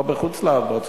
כמו בחוץ-לארץ,